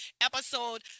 episode